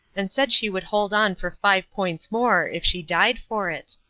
and said she would hold on for five points more if she died for it.